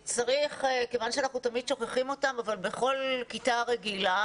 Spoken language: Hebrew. כיוון שאנחנו תמיד שוכחים אותם אבל בכל כיתה רגילה